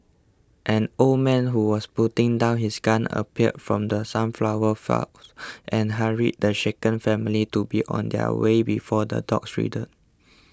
an old man who was putting down his gun appeared from the sunflower and hurried the shaken family to be on their way before the dogs return